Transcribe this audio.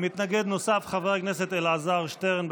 מתנגד נוסף, חבר הכנסת אלעזר שטרן.